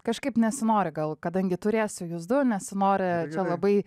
kažkaip nesinori gal kadangi turėsiu jus du nesinori labai